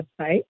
website